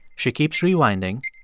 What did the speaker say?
she keeps rewinding,